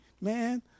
Man